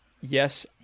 yes